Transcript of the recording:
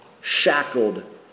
shackled